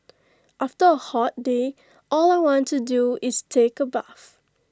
after A hot day all I want to do is take A bath